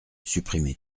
supprimer